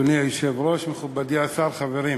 אדוני היושב-ראש, מכובדי השר, חברים,